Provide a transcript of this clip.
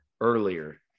earlier